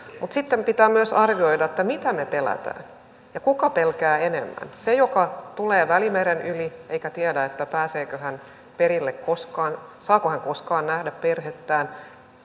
mutta sitten pitää myös arvioida mitä me pelkäämme ja kuka pelkää enemmän se joka tulee välimeren yli eikä tiedä pääseekö hän perille koskaan saako hän koskaan nähdä perhettään